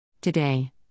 Today